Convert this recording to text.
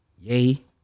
Yay